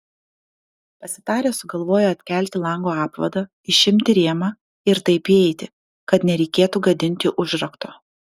pasitarę sugalvojo atkelti lango apvadą išimti rėmą ir taip įeiti kad nereikėtų gadinti užrakto